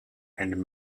and